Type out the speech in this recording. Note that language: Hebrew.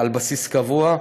על בסיס קבוע.